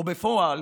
ובפועל